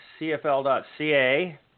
CFL.ca